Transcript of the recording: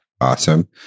Awesome